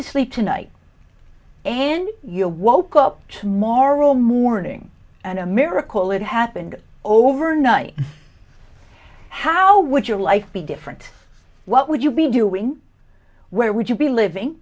to sleep tonight and you woke up tomorrow morning and a miracle it happened overnight how would your life be different what would you be doing where would you be living